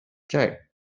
day